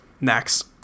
Next